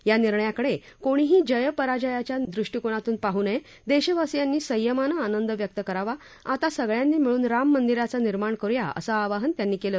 या निर्णयाकडे कोणीही जय पराजयाच्या दृष्टीकोनातून पाहू नये देशवासीयांनी संयमानं आनंद व्यक्त करावा आता सगळ्यांनी मिळून राम मंदिराच निर्माण करुया असं आवाहन त्यांनी केलं